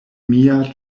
mia